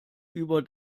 über